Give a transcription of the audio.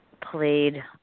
played